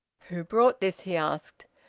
who brought this? he asked.